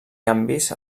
canvis